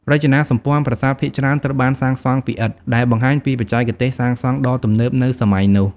រចនាសម្ព័ន្ធប្រាសាទភាគច្រើនត្រូវបានសាងសង់ពីឥដ្ឋ ដែលបង្ហាញពីបច្ចេកទេសសាងសង់ដ៏ទំនើបនៅសម័យនោះ។